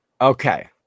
Okay